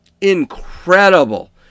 incredible